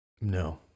No